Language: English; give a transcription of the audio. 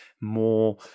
more